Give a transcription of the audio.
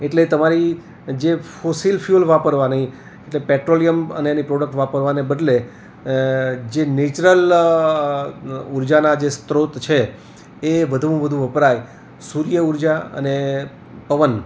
એટલે તમારી જે ફોસીલ ફ્યુલ વાપરવાની એટલે પેટ્રોલિયમ અને એની પ્રોડક્ટ વાપરવાને બદલે જે નેચરલ ઉર્જાના જે સ્ત્રોત છે એ વધુમાં વધુ વપરાય સૂર્ય ઉર્જા અને પવન